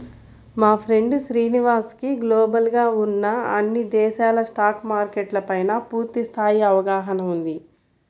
మా ఫ్రెండు శ్రీనివాస్ కి గ్లోబల్ గా ఉన్న అన్ని దేశాల స్టాక్ మార్కెట్ల పైనా పూర్తి స్థాయి అవగాహన ఉంది